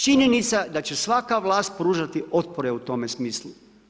Činjenica da će svaka vlast pružati otpore u tome smislu.